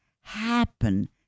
happen